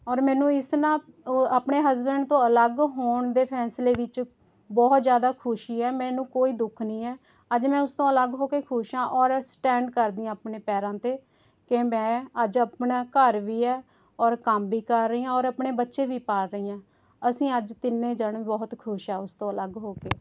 ਔਰ ਮੈਨੂੰ ਇਸ ਨਾ ਆਪਣੇ ਹਸਬੈਂਡ ਤੋਂ ਅਲੱਗ ਹੋਣ ਦੇ ਫੈਸਲੇ ਵਿੱਚ ਬਹੁਤ ਜ਼ਿਆਦਾ ਖੁਸ਼ੀ ਹੈ ਮੈਨੂੰ ਕੋਈ ਦੁੱਖ ਨਹੀਂ ਹੈ ਅੱਜ ਮੈਂ ਉਸ ਤੋਂ ਅਲੱਗ ਹੋ ਕੇ ਖੁਸ਼ ਹਾਂ ਔਰ ਸਟੈਂਡ ਕਰਦੀ ਹਾਂ ਆਪਣੇ ਪੈਰਾਂ 'ਤੇ ਕਿ ਮੈਂ ਅੱਜ ਆਪਣਾ ਘਰ ਵੀ ਹੈ ਔਰ ਕੰਮ ਵੀ ਕਰ ਰਹੀ ਹਾਂ ਔਰ ਆਪਣੇ ਬੱਚੇ ਵੀ ਪਾਲ਼ ਰਹੀ ਹਾਂ ਅਸੀਂ ਅੱਜ ਤਿੰਨੇ ਜਾਣੇ ਬਹੁਤ ਖੁਸ਼ ਹਾਂ ਉਸ ਤੋਂ ਅਲੱਗ ਹੋ ਕੇ